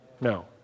No